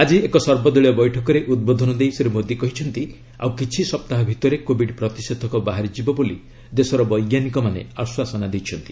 ଆଜି ଏକ ସର୍ବଦଳୀୟ ବୈଠକରେ ଉଦ୍ବୋଧନ ଦେଇ ଶ୍ରୀ ମୋଦୀ କହିଛନ୍ତି ଆଉ କିଛି ସପ୍ତାହ ଭିତରେ କୋବିଡ୍ ପ୍ରତିଷେଧକ ବାହାରି ଯିବ ବୋଲି ଦେଶର ବୈଜ୍ଞାନିକମାନେ ଆଶ୍ୱାସନା ଦେଇଛନ୍ତି